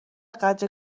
قدر